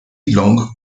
long